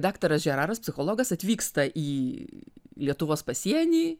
daktaras žeraras psichologas atvyksta į lietuvos pasienį